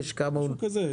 משהו כזה.